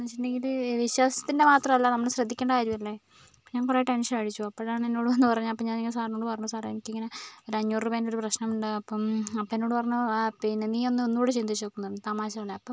എന്ന് വെച്ചിട്ടുണ്ടെങ്കിൽ വിശ്വാസത്തിൻ്റെ മാത്രമല്ല നമ്മൾ ശ്രദ്ധിക്കേണ്ട കാര്യമല്ലേ ഞാൻ കുറെ ടെൻഷൻ അടിച്ചു അപ്പോളാണ് എന്നോടുവന്ന് പറഞ്ഞു അപ്പോൾ ഞാൻ ഇങ്ങനെ സാറിനോട് പറഞ്ഞു സാറെ എനിക്കിങ്ങനെ ഒരു അഞ്ഞൂറു രൂപൻ്റെ ഒരു പ്രശ്നമിണ്ട് അപ്പം അപ്പെന്നോട് പറഞ്ഞു ആ പിന്നെ നീ ഒന്ന് ഒന്നുകൂടി ചിന്തിച്ചുനോക്ക്ന്ന് പറഞ്ഞു തമാശ പറഞ്ഞതാണ് അപ്പം